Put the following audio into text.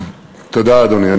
תודה, אדוני.